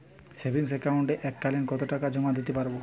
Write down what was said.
Savings একাউন্টে এক কালিন কতটাকা জমা দিতে পারব?